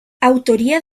autoría